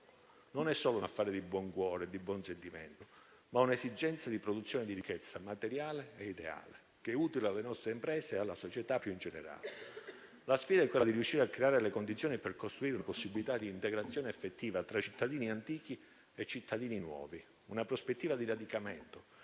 non solo un affare di buon cuore e di buon sentimento, ma anche un'esigenza di produzione di ricchezza materiale e ideale, che è utile alle nostre imprese e alla società più in generale. La sfida è riuscire a creare le condizioni per costruire una possibilità d'integrazione effettiva tra cittadini antichi e nuovi, con una prospettiva di radicamento,